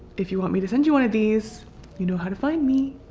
if you want me to send you one of these you know how to find me.